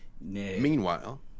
Meanwhile